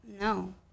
No